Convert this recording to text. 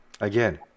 again